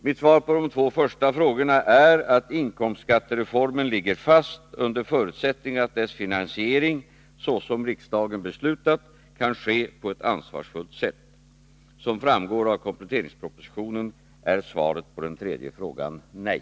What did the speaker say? Mitt svar på de två första frågorna är att inkomstskattereformen ligger fast under förutsättning att dess finansiering, såsom riksdagen beslutat, kan ske på ett ansvarsfullt sätt. Som framgår av kompletteringspropositionen är svaret på den tredje frågan nej.